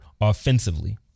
offensively